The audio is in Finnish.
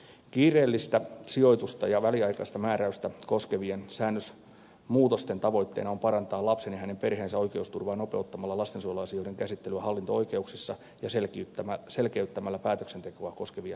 kiireellistä sijoitusta ja väliaikaista määräystä koskevien säännösmuutosten tavoitteena on parantaa lapsen ja hänen perheensä oikeusturvaa nopeuttamalla lastensuojeluasioiden käsittelyä hallinto oikeuksissa ja selkeyttämällä päätöksentekoa koskevia säännöksiä